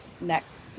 next